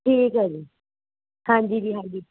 ਠੀਕ ਹੈ ਜੀ ਹਾਂਜੀ ਜੀ ਹਾਂਜੀ